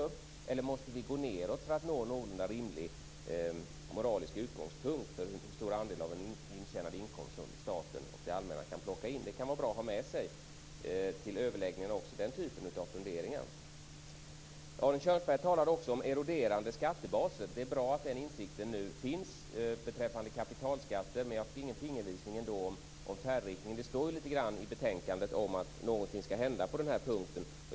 Eller måste vi gå nedåt för att nå en någorlunda rimlig moralisk utgångspunkt för hur stor andel av en intjänad inkomst som staten och det allmänna kan plocka in? Den typen av funderingar kan vara bra att ha med sig till överläggningarna. Arne Kjörnsberg talade om eroderande skattebaser. Det är bra att den insikten nu finns beträffande kapitalskatter, men jag fick ingen fingervisning om färdriktningen. Det står lite grand i betänkandet om att någonting skall hända på den här punkten.